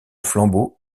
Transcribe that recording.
flambeau